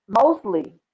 mostly